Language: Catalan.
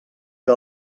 que